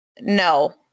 No